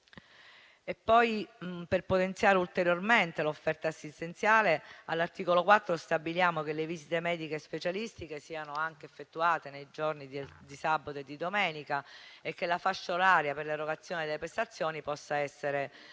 Per potenziare ulteriormente l'offerta assistenziale, all'articolo 4 stabiliamo che le visite mediche specialistiche siano effettuate anche nei giorni di sabato e di domenica e che la fascia oraria per l'erogazione delle prestazioni possa essere prolungata.